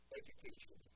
education